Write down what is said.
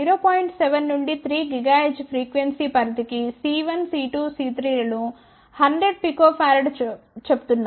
7 నుండి 3 gigahertz frequency పరిధి కి C1 C2 C3 లు100 pF చెప్తున్నాను